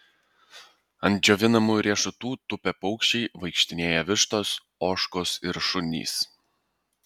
ant džiovinamų riešutų tupia paukščiai vaikštinėja vištos ožkos ir šunys